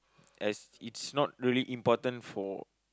as it's not really important for